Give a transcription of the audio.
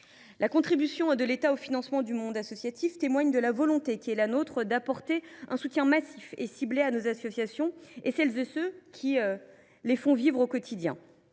La contribution de l’État au financement du monde associatif témoigne de notre volonté d’apporter un soutien massif et ciblé à nos associations et à celles et ceux qui les font vivre au quotidien,